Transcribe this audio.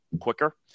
quicker